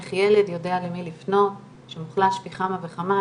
איך ילד יודע למי לפנות כשהוא חלש פי כמה וכמה.